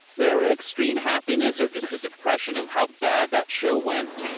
they're extreme happiness or just the depression of how bad that show went.